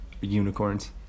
unicorns